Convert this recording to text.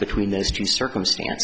between those two circumstance